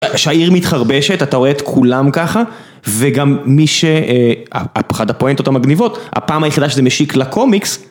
כשהעיר מתחרבשת אתה רואה את כולם ככה וגם מי שאחד הפואנטות המגניבות הפעם היחידה שזה משיק לקומיקס